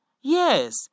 Yes